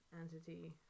entity